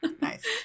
nice